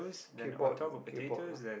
K pot K pot lah